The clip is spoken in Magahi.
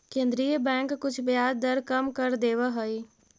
केन्द्रीय बैंक कुछ ब्याज दर कम कर देवऽ हइ